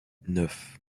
neuf